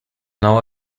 now